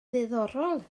ddiddorol